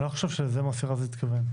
אני לא חושב שלזה מוסי רז התכוון.